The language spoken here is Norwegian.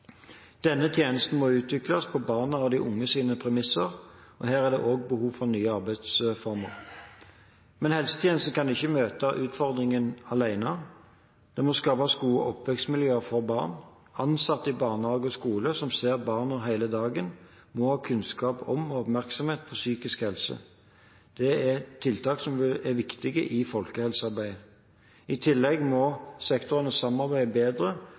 Denne tjenesten må utvikles på barnas og de unges premisser. Også her er det behov for nye arbeidsformer. Men helsetjenesten kan ikke møte utfordringene alene. Det må skapes gode oppvekstmiljøer for barn. Ansatte i barnehage og skole, som ser barna hele dagen, må ha kunnskap om og oppmerksomhet på psykisk helse. Det er tiltak som er viktige i folkehelsearbeidet. I tillegg må sektorene samarbeide bedre